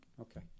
Okay